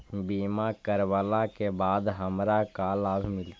बीमा करवला के बाद हमरा का लाभ मिलतै?